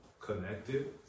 connected